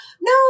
no